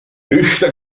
ühte